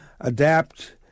adapt